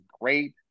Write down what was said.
great